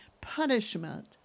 punishment